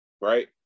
right